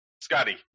Scotty